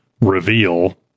reveal